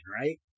right